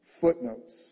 Footnotes